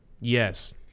Yes